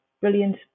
brilliant